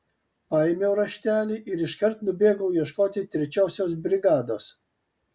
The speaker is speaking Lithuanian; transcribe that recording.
paėmiau raštelį ir iškart nubėgau ieškoti trečiosios brigados